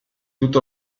tutto